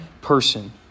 person